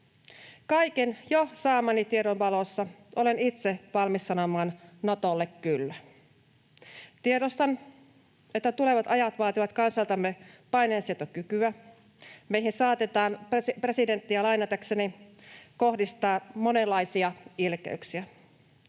Kaiken jo saamani tiedon valossa olen itse valmis sanomaan Natolle kyllä. Tiedostan, että tulevat ajat vaativat kansaltamme paineensietokykyä. Meihin saatetaan presidenttiä lainatakseni kohdistaa monenlaisia ilkeyksiä.